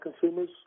consumers